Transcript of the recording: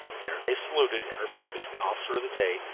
there they saluted and reported to the officer of the day,